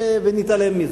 ונתעלם מזה,